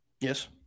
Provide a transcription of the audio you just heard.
Yes